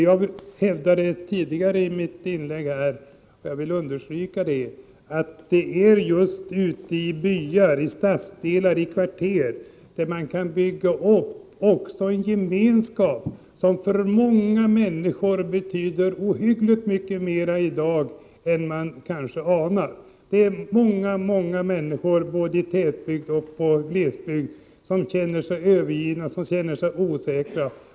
Jag vill understryka det som jag hävdade i mitt tidigare inlägg, att det just är ute i byar, i stadsdelar och i kvarter som man kan bygga upp en gemenskap, en gemenskap som för många människor i dag betyder oerhört mycket — kanske mer än vad man anar. Det är många människor, både i tätorter och i glesbygder, som känner sig övergivna och osäkra.